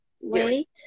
Wait